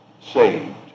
saved